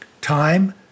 Time